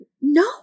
No